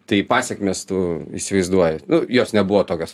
tai pasekmes tu įsivaizduoji nu jos nebuvo tokios